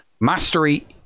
mastery